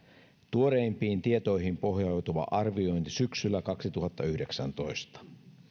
tuoreimpiin tietoihin pohjautuva arviointi syksyllä kaksituhattayhdeksäntoista